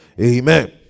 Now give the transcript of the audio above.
Amen